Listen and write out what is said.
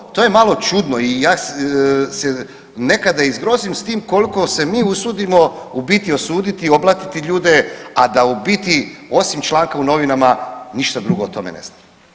To je malo, to je malo čudno i ja se nekada i zgrozim s tim koliko se mi usudimo u biti osuditi i oblatiti ljude, a da u biti osim članka u novinama ništa drugo o tome ne znamo.